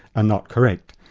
ah not correct.